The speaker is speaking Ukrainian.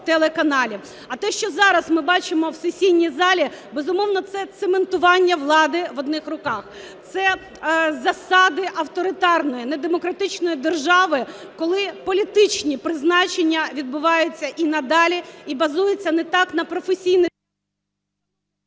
А те, що зараз ми бачимо в сесійній залі, безумовно, це цементування влади в одних руках, це засади авторитарної недемократичної держави, коли політичні призначення відбуваються і надалі, і базуються не так на професійних...